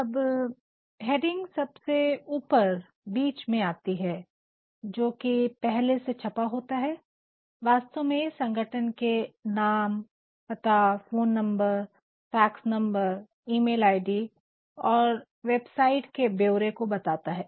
अब हैडिंग सबसे ऊपर बीच में आती है जो की पहले से छपा होता है वास्तव में ये संगठन के नाम पता phone number fax number email I D और वेबसाइट के ब्योरे को बताता है